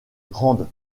grande